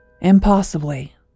Impossibly